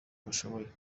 bashoboye